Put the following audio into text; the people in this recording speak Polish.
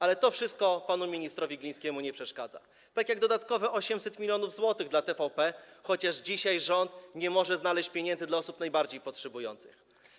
Ale to wszystko panu ministrowi Glińskiemu nie przeszkadza, tak jak dodatkowe 800 mln zł dla TVP, chociaż dzisiaj rząd nie może znaleźć pieniędzy dla osób najbardziej potrzebujących.